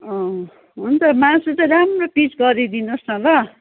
हुन्छ मासु चाहिँ राम्रो पिस गरिदिनुहोस् न ल